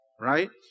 Right